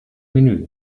menü